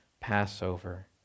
Passover